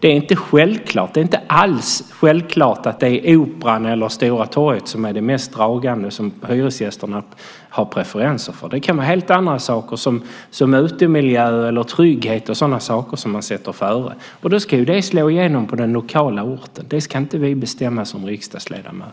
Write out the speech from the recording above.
Det är inte alls självklart att det är Operan eller Stora torget som är det mest dragande och som hyresgästerna har preferenser för. Det kan vara helt andra saker som utemiljö, trygghet eller sådana saker som man sätter före. Det ska slå igenom på den lokala orten. Det ska inte vi bestämma som riksdagsledamöter.